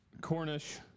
Cornish